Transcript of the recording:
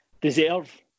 deserve